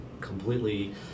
completely